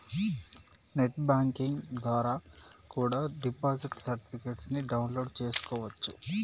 net banking ద్వారా కూడా deposit certificates ని డౌన్ లోడ్ చేస్కోవచ్చు